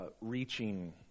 Reaching